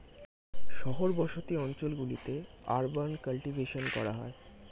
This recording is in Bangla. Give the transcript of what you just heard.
শহর বসতি অঞ্চল গুলিতে আরবান কাল্টিভেশন করা হয়